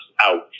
out